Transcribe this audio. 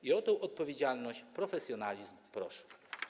I o tę odpowiedzialność, profesjonalizm proszę.